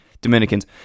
Dominicans